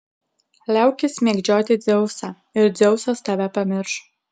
liaukis mėgdžioti dzeusą ir dzeusas tave pamirš